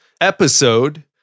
episode